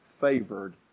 favored